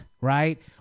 right